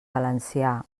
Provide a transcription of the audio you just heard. valencià